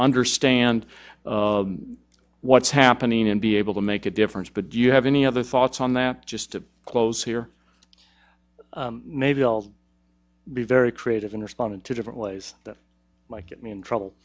understand what's happening and be able to make a difference but you have any other thoughts on that just to close here maybe i'll be very creative in responding to different ways that might get me in trouble